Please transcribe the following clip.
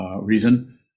reason